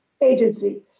agency